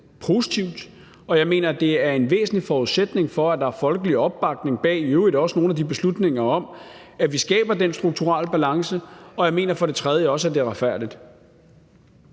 og jeg mener, det er en væsentlig forudsætning for, at der i øvrigt er folkelig opbakning bag nogle af de beslutninger om, at vi skaber den strukturelle balance, og jeg mener også, at det er retfærdigt.